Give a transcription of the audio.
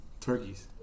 Turkeys